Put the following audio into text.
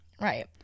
Right